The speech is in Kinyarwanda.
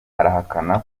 arahakana